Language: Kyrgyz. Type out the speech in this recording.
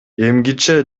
эмгиче